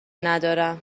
ندارم